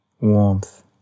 warmth